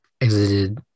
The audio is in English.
exited